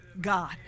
God